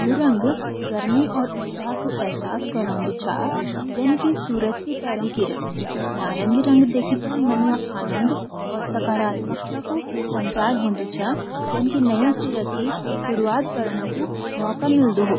यू रंग गरमी और उत्साह कू एहसास क्रोनदु छा, जान की सूरज की पेली किरानी। नारंगी रंग देखी ते मन मा आनंद और सकारात्मक्ता कु संचार होंदु.जन कि नया सिरा सी सुरूवत करन कू मोका मिलदु हो।